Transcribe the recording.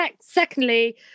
secondly